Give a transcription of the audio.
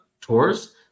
tours